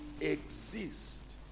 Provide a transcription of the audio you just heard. exist